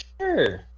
sure